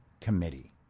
committee